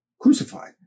crucified